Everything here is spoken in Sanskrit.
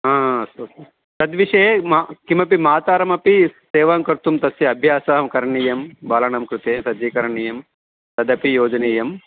हा हा अस्तु अस्तु तद् विषये मा किमपि मातरमपि सेवां कर्तुं तस्य अभ्यासं करणीयं बालानां कृते सज्जीकरणीयं तदपि योजनीयम्